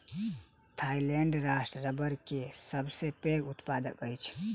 Thailand राष्ट्र रबड़ के सबसे पैघ उत्पादक अछि